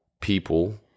people